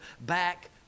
back